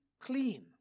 clean